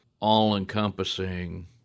all-encompassing